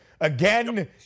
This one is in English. again